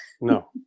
No